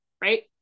right